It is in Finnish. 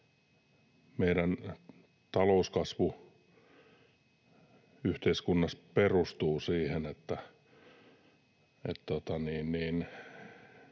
Meidän talouskasvu yhteiskunnassa perustuu siihen, että